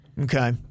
Okay